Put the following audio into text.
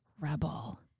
rebel